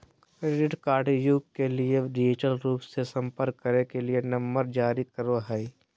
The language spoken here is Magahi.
क्रेडिट कार्डव्यू के लिए डिजिटल रूप से संपर्क करे के लिए नंबर जारी करो हइ